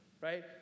right